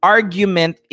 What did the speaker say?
Argument